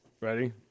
Ready